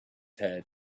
head